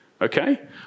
okay